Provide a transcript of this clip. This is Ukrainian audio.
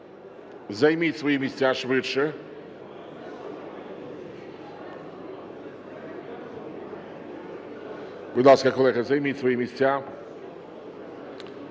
Займіть свої місця швидше.